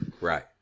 right